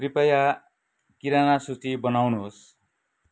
कृपया किराना सूची बनाउनुहोस्